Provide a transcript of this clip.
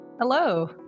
Hello